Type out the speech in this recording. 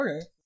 Okay